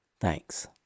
Thanks